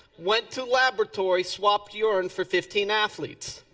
went to laboratory, swap urine for fifteen athletes.